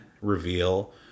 reveal